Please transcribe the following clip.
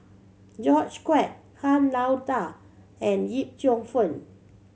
George Quek Han Lao Da and Yip Cheong Fun